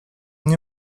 nie